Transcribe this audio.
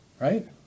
right